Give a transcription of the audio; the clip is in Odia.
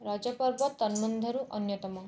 ରଜ ପର୍ବ ତନ୍ମଧ୍ୟରୁ ଅନ୍ୟତମ